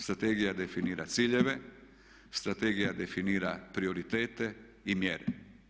Strategija definira ciljeve, strategija definira prioritete i mjere.